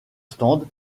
stand